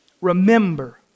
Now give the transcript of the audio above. remember